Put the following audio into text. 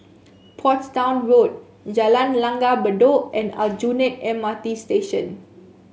Portsdown Road Jalan Langgar Bedok and Aljunied M R T Station